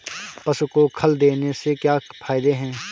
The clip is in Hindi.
पशु को खल देने से क्या फायदे हैं?